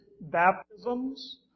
baptisms